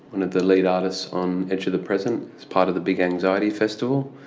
one of the lead artists on edge of the present, it's part of the big anxiety festival,